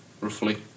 roughly